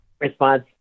response